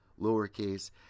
lowercase